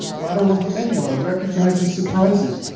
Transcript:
lateral habenula recognizes surprises.